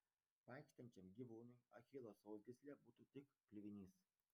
vaikštančiam gyvūnui achilo sausgyslė būtų tik kliuvinys